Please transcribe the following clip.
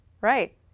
right